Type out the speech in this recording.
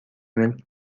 ملک